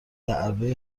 الدعوه